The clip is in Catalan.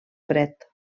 fred